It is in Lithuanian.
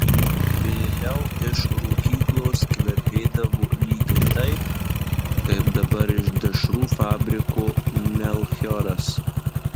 vėliau iš rūkyklos kvepėdavo lygiai taip kaip dabar iš dešrų fabriko melchioras